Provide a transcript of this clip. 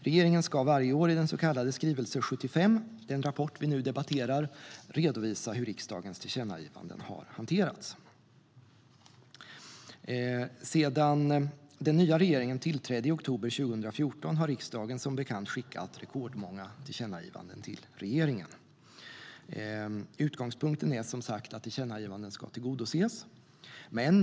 Regeringen ska varje år i den så kallade skrivelse 75, alltså den rapport vi nu debatterar, redovisa hur riksdagens tillkännagivanden har hanterats. Sedan den nya regeringen tillträdde i oktober 2014 har riksdagen som bekant skickat rekordmånga tillkännagivanden till regeringen. Utgångspunkten är som sagt att tillkännagivanden ska tillgodoses.